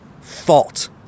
fault